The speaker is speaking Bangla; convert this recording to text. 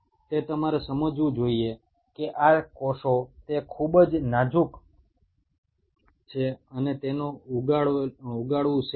তোমাদেরকে বুঝতে হবে যে কোষগুলো অত্যন্ত ভঙ্গুর এবং এগুলোকে বৃদ্ধি করানো খুব একটা সহজ কাজ নয়